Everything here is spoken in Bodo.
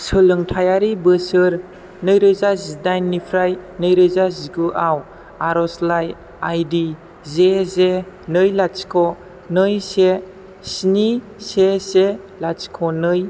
सोलोंथाइयारि बोसोर नैरोजा जिडाइननिफ्राइ नैरोजा जिगुआव आरज'लाइ आइडि जि जे नै लाथिख' नै से स्नि से से लाथिख' नै